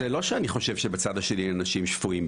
זה לא שאני חושב שבצד השני אין אנשים שפויים,